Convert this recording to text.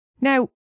Now